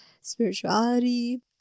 spirituality